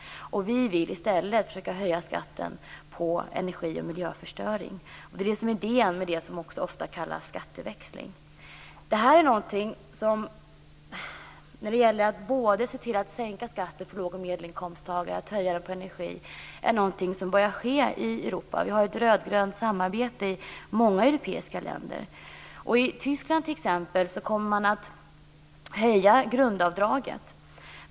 Vi vill i stället försöka höja skatten på energi och miljöförstöring. Det är det som är idén med det som också ofta kallas skatteväxling. Att både sänka skatten för låg och medelinkomsttagare och att höja den på energi är något som börjar ske i Europa. Vi har ett rödgrönt samarbete i många europeiska länder. I t.ex. Tyskland kommer man att höja grundavdraget.